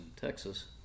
Texas